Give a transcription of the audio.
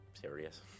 serious